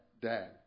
dad